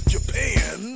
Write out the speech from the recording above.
Japan